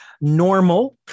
normal